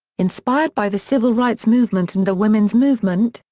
inspired by the civil-rights movement and the women's movement,